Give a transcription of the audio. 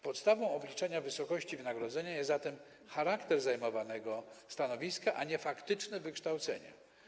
Podstawą obliczenia wysokości wynagrodzenia jest zatem charakter zajmowanego stanowiska, a nie faktyczne wykształcenie.